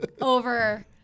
over